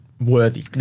Worthy